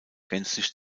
gänzlich